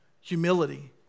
humility